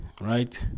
right